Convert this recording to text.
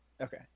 Okay